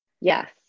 Yes